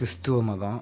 கிறிஸ்துவ மதம்